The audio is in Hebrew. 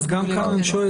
גם כאן אני שואל.